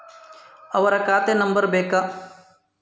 ಅವರ ಖಾತೆ ನಂಬರ್ ಬೇಕಾ?